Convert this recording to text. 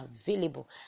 available